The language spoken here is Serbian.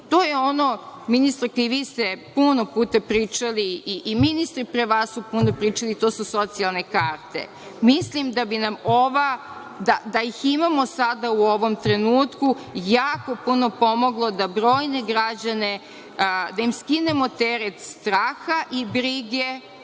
to je ono, ministarka vi ste puno puta pričali, i ministri su pre vas su puno pričali, to su socijalne karte. Mislim da bi nam ova, da ih imamo sada u ovom trenutku, jako puno pomoglo da brojne građane, da im skinemo teret straha i brige